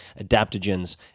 adaptogens